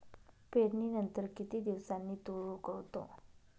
पेरणीनंतर किती दिवसांनी तूर उगवतो?